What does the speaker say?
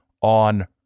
on